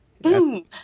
Boom